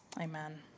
Amen